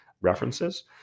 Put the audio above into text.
references